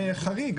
חריג.